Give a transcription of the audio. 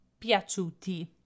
piaciuti